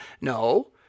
No